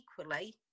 equally